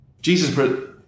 Jesus